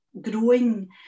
growing